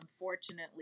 unfortunately